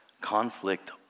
Conflict